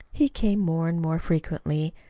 he came more and more frequently,